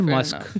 Musk